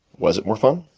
was it more fun?